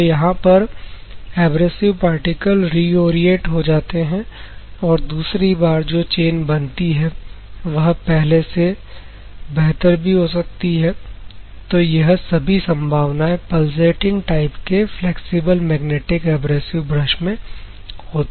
तो यहां पर एब्रेसिव पार्टिकल रिओरियंट हो जाते हैं और दूसरी बार जो चैन बनती है वह पहले से बेहतर भी हो सकती है तो यह सभी संभावनाएं पलसेटिंग टाइप के फ्लैक्सिबल मैग्नेटिक एब्रेसिव ब्रश में होती है